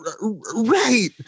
Right